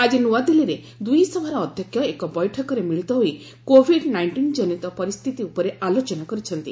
ଆଜି ନୂଆଦିଲ୍ଲୀରେ ଦୁଇ ସଭାର ଅଧ୍ୟକ୍ଷ ଏକ ବୈଠକରେ ମିଳିତ ହୋଇ କୋଭିଡ୍ ନାଇଷ୍ଟିନ୍ କନିତ ପରିସ୍ଥିତି ଉପରେ ଆଲୋଚନା କରିଛନ୍ତି